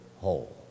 whole